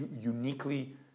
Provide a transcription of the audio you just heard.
uniquely